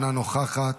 אינה נוכחת,